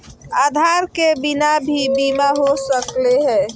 आधार के बिना भी बीमा हो सकले है?